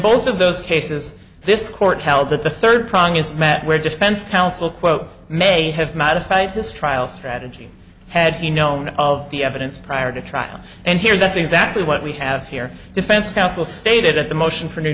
both of those cases this court held that the third prong is met where defense counsel quote may have modified this trial strategy had he known of the evidence prior to trial and here that's exactly what we have here defense counsel stated that the motion